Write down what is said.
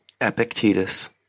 Epictetus